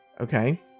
Okay